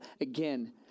again